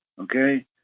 okay